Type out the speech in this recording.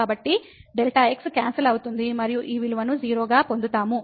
కాబట్టి Δx cancel అవుతుంది మరియు ఈ విలువను 0 గా పొందుతాము